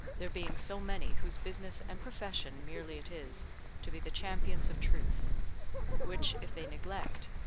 there being so many whose business and profession merely it is to be the champions of truth which if they neglect,